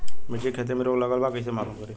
मिर्ची के खेती में रोग लगल बा कईसे मालूम करि?